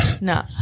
No